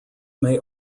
may